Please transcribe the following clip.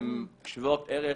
הן שוות ערך